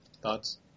thoughts